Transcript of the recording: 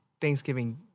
Thanksgiving